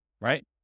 right